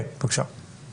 בבקשה.